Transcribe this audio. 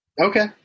Okay